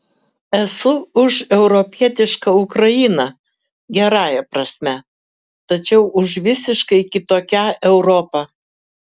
esu už europietišką ukrainą gerąja prasme tačiau už visiškai kitokią europą